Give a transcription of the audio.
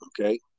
okay